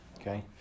Okay